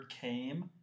came